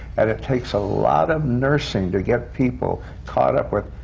and it takes a lot of nursing to get people caught up with